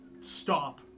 stop